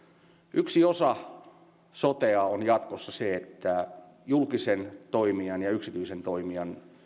yksi osa sotea on jatkossa se että julkisen toimijan ja yksityisen toimijan